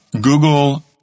Google